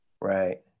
Right